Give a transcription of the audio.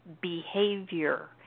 behavior